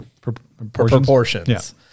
proportions